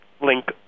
link